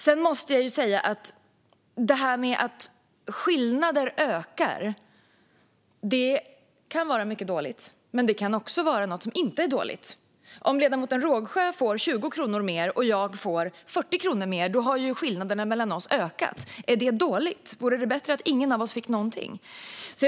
Sedan måste jag säga att det här med att skillnader ökar kan vara mycket dåligt. Men det kan också vara något som inte är dåligt. Om ledamoten Rågsjö får 20 kronor mer och jag får 40 kronor mer har skillnaden mellan oss ökat. Är det dåligt - vore det bättre att ingen av oss fick någonting alls?